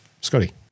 Scotty